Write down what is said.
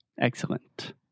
Excellent